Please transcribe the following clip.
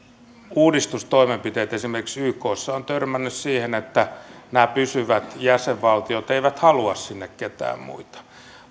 uudistustoimenpiteet esimerkiksi ykssa ovat törmänneet siihen että nämä pysyvät jäsenvaltiot eivät halua sinne keitään muita